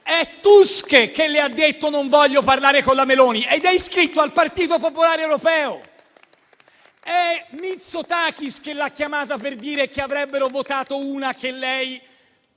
è Tusk che ha detto «non voglio parlare con la Meloni» ed è iscritto al Partito Popolare Europeo. È Mitsotakis che l'ha chiamata per dire che avrebbero votato una persona